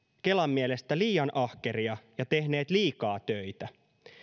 kelan mielestä liian ahkeria ja tehneet liikaa töitä